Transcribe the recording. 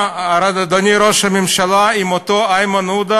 אתה, אדוני ראש הממשלה, עם אותו איימן עודה,